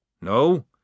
No